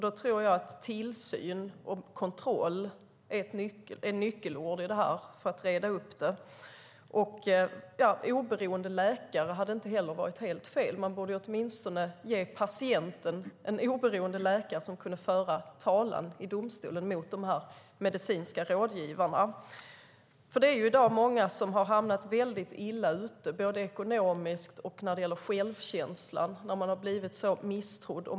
Då tror jag att tillsyn och kontroll är nyckelord för att reda upp det hela. Oberoende läkare hade inte heller varit helt fel. Man borde åtminstone ge patienten en oberoende läkare som kunde föra talan i domstolen mot de medicinska rådgivarna. I dag är det många som har råkat väldigt illa ut, både ekonomiskt och när det gäller självkänslan, därför att man har blivit misstrodd.